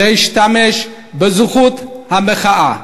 להשתמש בזכות המחאה.